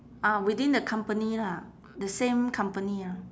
ah within the company lah the same company ah